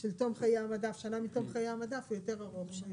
של תום חייה מדף, שנה מתום חיי המדף יותר ארוך.